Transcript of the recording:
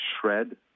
shred